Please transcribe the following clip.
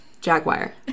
jaguar